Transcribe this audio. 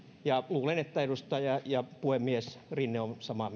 ja luulen että edustaja ja puhemies rinne on samaa